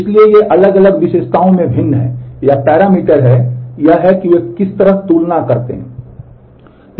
इसलिए ये अलग अलग विशेषताओं में भिन्न हैं यह पैरामीटर है यह है कि वे किस तरह तुलना करते हैं